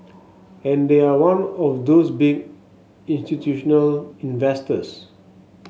and they are one of those big institutional investors